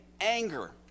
anger